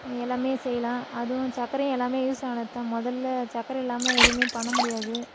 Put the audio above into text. எல்லாமே செய்யலாம் அதுவும் சக்கரையும் எல்லாம் யூஸ் ஆனது தான் முதல்ல சக்கர இல்லாமல் எதுவுமே பண்ண முடியாது